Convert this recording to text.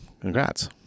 Congrats